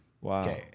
Wow